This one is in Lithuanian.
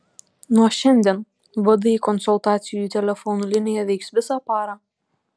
nuo šiandien vdi konsultacijų telefonu linija veiks visą parą